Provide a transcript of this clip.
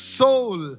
soul